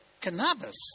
cannabis